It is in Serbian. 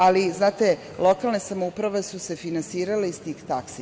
Ali, znate, lokalne samouprave su se finansirale iz tih taksi.